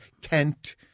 Kent